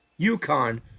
UConn